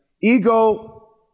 ego